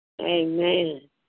Amen